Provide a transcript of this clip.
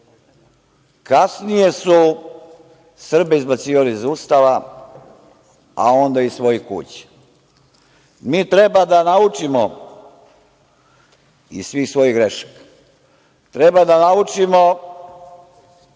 Kasnije su Srbe izbacivali iz Ustava, a onda iz svojih kuća. Mi treba da naučimo iz svih svojih grešaka, treba da naučimo